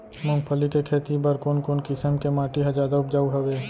मूंगफली के खेती बर कोन कोन किसम के माटी ह जादा उपजाऊ हवये?